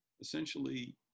essentially